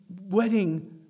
wedding